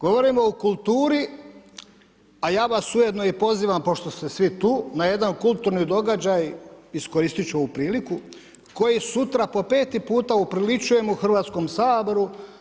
Govorimo o kulturi, a ja vas ujedno i pozivam, pošto ste svi tu, na jedan kulturni događaj, iskoristiti ću ovu priliku, koji sutra po peti puta upriličujemo u Hrvatskom saboru.